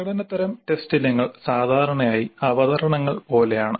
പ്രകടന തരം ടെസ്റ്റ് ഇനങ്ങൾ സാധാരണയായി അവതരണങ്ങൾ പോലെയാണ്